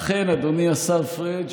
אכן, אדוני השר פריג'.